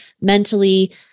mentally